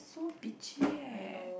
so bitchy leh